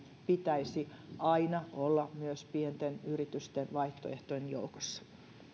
pitäisi aina olla myös pienten yritysten vaihtoehtojen joukossa